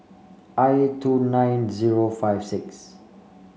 i two nine zero five six